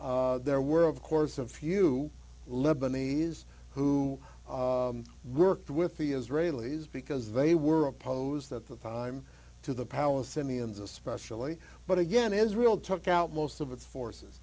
there were of course a few lebanese who worked with the israelis because they were opposed that the time to the palestinians especially but again israel took out most of its forces